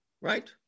right